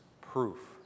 proof